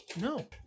No